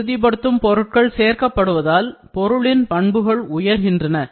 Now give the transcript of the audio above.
உறுதிபடுத்தும் பொருட்கள் சேர்க்கப்படுவதால் பொருளின் பண்புகள் உயர்கின்றன